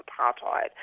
Apartheid